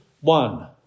one